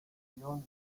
guion